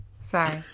Sorry